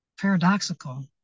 paradoxical